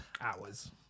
hours